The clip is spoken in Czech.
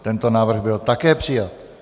Tento návrh byl také přijat.